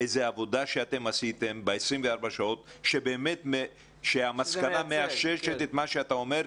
איזושהי עבודה שעשיתם שבאמת המסקנה מאששת את מה שאתה אומר?